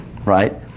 Right